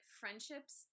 friendships